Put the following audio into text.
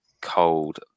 cold